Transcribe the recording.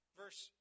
verse